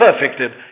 perfected